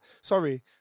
Sorry